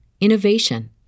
innovation